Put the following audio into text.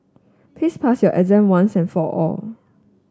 please pass your exam once and for all